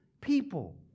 people